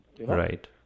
Right